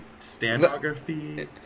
standography